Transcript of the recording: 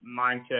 mindset